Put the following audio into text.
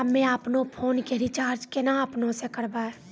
हम्मे आपनौ फोन के रीचार्ज केना आपनौ से करवै?